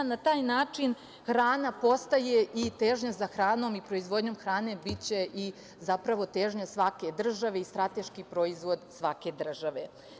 Na taj način hrana postaje i težnja za hranom i proizvodnjom hrane biće i zapravo težnja svake države i strateški proizvod svake države.